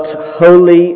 holy